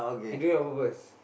he do it on purpose